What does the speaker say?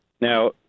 Now